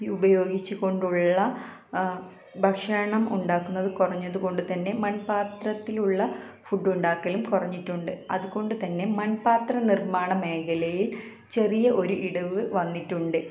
ഉപയോഗിച്ചുകൊണ്ടുള്ള ഭക്ഷണം ഉണ്ടാക്കുന്നത് കുറഞ്ഞതുകൊണ്ട് തന്നെ മൺപാത്രത്തിലുള്ള ഫുഡ് ഉണ്ടാക്കലും കുറഞ്ഞിട്ടുണ്ട് അതുകൊണ്ടുതന്നെ മൺപാത്ര നിർമ്മാണ മേഖലയിൽ ചെറിയ ഒരു ഇടിവ് വന്നിട്ടുണ്ട്